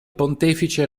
pontefice